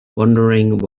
wondering